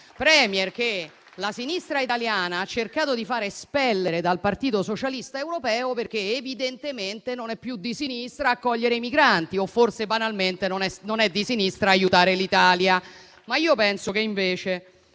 *Premier* che la sinistra italiana ha cercato di far espellere dal Partito socialista europeo perché evidentemente non è più di sinistra accogliere i migranti o forse banalmente non è di sinistra aiutare l'Italia. Io penso che invece